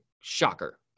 Shocker